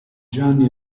gianni